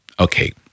Okay